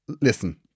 Listen